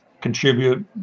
contribute